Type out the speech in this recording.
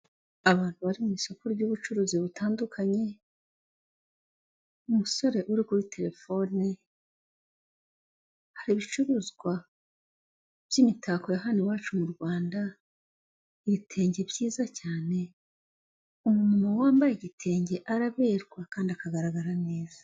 Abantu bari mu isoko ry'ubucuruzi butandukanye, umusore uri kuri terefoni, hari ibicuruzwa by'imitako ya hano iwacu mu Rwanda, ibitenge byiza cyane, umuntu wambaye igitenge araberwa kandi akagaragara neza.